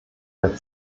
der